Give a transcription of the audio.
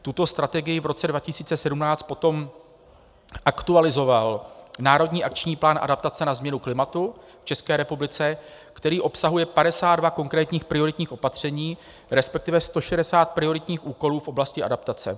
Tuto strategii v roce 2017 potom aktualizoval Národní akční plán na změnu klimatu v České republice, který obsahuje 52 konkrétních prioritních opatření, respektive 160 prioritních úkolů v oblasti adaptace.